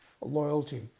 loyalty